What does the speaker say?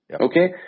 Okay